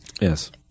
Yes